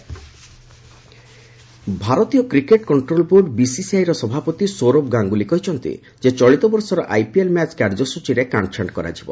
BCI IPL ଭାରତୀୟ cricket control board ବିସିସିଆଇର ସଭାପତି ସୌରଭ ଗାଙ୍ଗୁଲି କହିଛନ୍ତି ଯେ ଚଳିତବର୍ଷର ଆଇପିଏଲ୍ ମ୍ୟାଚ୍ କାର୍ଯ୍ୟସୂଚୀରେ କାଷ୍କଛାଣ୍ଟ କରାଯିବ